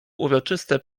uroczyste